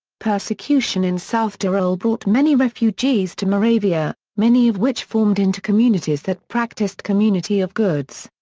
persecution in south tyrol brought many refugees to moravia, many of which formed into communities that practiced community of goods.